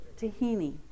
Tahini